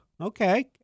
Okay